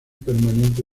permanente